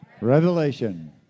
Revelation